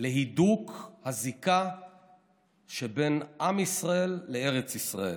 להידוק הזיקה שבין עם ישראל לארץ ישראל.